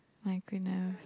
my goodness